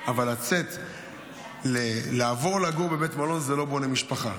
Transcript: אבל לעבור לגור בבית מלון זה לא בונה משפחה.